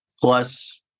Plus